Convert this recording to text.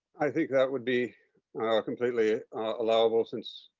think that would be completely allowable since